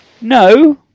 No